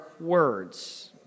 words